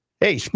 Hey